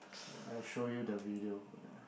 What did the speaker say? I show you the video wait ah